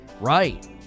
right